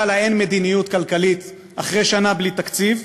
האין-מדיניות כלכלית אחרי שנה בלי תקציב,